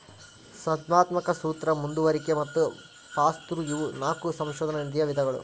ಸ್ಪರ್ಧಾತ್ಮಕ ಸೂತ್ರ ಮುಂದುವರಿಕೆ ಮತ್ತ ಪಾಸ್ಥ್ರೂ ಇವು ನಾಕು ಸಂಶೋಧನಾ ನಿಧಿಯ ವಿಧಗಳು